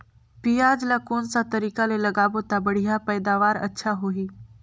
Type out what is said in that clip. पियाज ला कोन सा तरीका ले लगाबो ता बढ़िया पैदावार अच्छा होही?